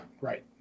right